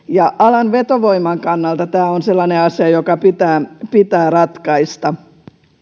ja alan vetovoiman kannalta tämä on sellainen asia joka pitää pitää ratkaista